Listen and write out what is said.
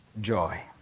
joy